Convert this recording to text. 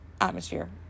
atmosphere